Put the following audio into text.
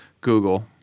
Google